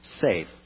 safe